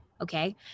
okay